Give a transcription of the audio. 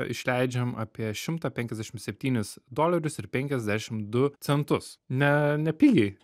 išleidžiam apie šimtą penkiasdešim septynis dolerius ir penkiasdešim du centus ne nepigiai